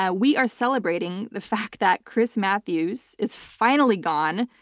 ah we are celebrating the fact that chris matthews is finally gone.